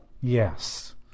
Yes